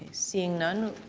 seeing none,